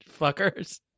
Fuckers